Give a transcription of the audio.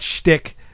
shtick